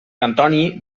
antoni